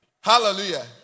Hallelujah